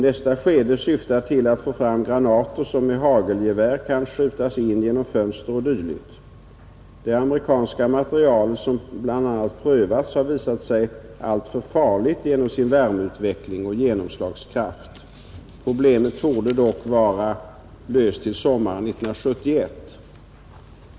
Nästa skede syftar till att få fram granater som med hagelgevär kan skjutas in genom fönster o. d. Det amerikanska material som bl.a. har prövats har visat sig alltför farligt genom sin värmeutveckling och genomslagskraft. Problemet torde dock vara löst till sommaren 1971.